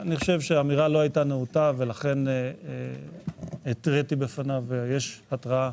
אני חושב שהאמירה לא הייתה נאותה ולכן התריתי בפניו ויש התראה